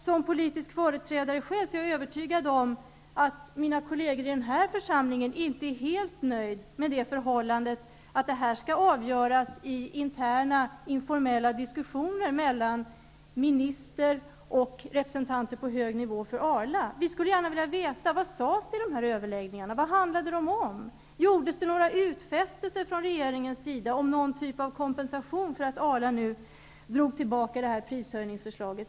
Som politisk företrädare är jag övertygad om att mina kolleger i den här församlingen inte är helt nöjda med förhållandet att det här skall avgöras i interna informella diskussioner mellan en minister och representanter på hög nivå för Arla. Vi skulle gärna vilja veta vad som sades vid dessa överläggningar. Vad handlade de om? Gjordes det några utfästelser från regeringens sida om någon typ av kompensation för att Arla drog tillbaka prishöjningsförslaget?